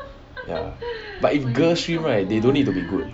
ya but if girl stream right they don't need to be good